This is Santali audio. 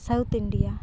south India